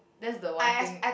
that's the one thing